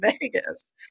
Vegas